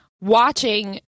watching